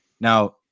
Now